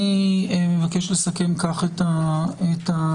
אני אבקש לסכם כך את הדיון: